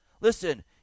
Listen